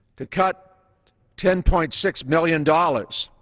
to cut ten point six million dollars,